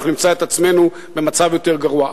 אנחנו נמצא את עצמנו במצב יותר גרוע.